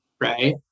right